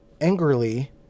angrily